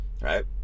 right